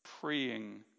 praying